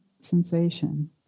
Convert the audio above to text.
sensation